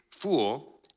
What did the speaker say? fool